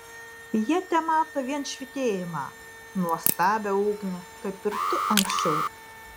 jie temato vien švytėjimą nuostabią ugnį kaip ir tu anksčiau